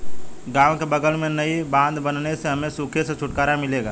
गांव के बगल में नई बांध बनने से हमें सूखे से छुटकारा मिलेगा